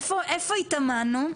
איפה התאמנו?